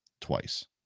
twice